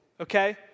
okay